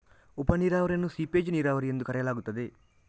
ಉಪ ನೀರಾವರಿಯನ್ನು ಸೀಪೇಜ್ ನೀರಾವರಿ ಎಂದೂ ಕರೆಯಲಾಗುತ್ತದೆ